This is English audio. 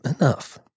enough